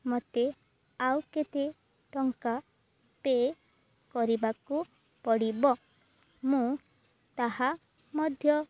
ମୋତେ ଆଉ କେତେ ଟଙ୍କା ପେ କରିବାକୁ ପଡ଼ିବ ମୁଁ ତାହା ମଧ୍ୟ